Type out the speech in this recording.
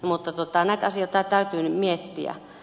mutta näitä asioita täytyy nyt miettiä